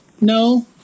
No